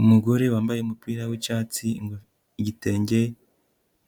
Umugore wambaye umupira w'icyatsi, igitenge